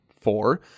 Four